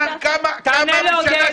תענה לעודד.